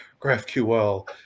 GraphQL